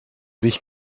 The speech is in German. sich